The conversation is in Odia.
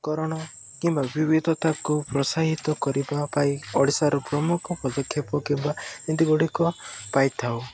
କରଣ କିମ୍ବା ବିିବିଧତାକୁ ପ୍ରୋତ୍ସାହିତ କରିବା ପାଇଁ ଓଡ଼ିଶାର ପ୍ରମୁଖ ପଦକ୍ଷେପ କିମ୍ବା ନୀତି ଗୁଡ଼ିକ ପାଇଥାଉ